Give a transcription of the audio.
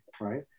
right